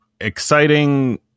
exciting